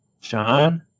john